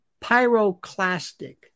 pyroclastic